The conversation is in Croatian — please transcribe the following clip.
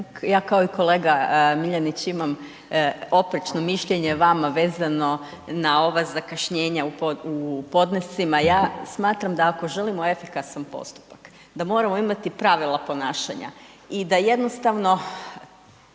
ja kao i kolega Miljenić imam oprečno mišljenje vama vezano na ova zakašnjenja u podnescima. Ja smatram da ako želimo efikasan postupak, da moramo imati pravila ponašanja i da jednostavno